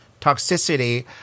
toxicity